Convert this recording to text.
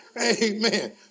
Amen